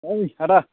ओइ आदा